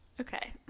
Okay